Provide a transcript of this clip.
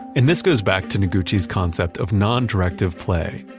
and this goes back to noguchi concept of non-directive play.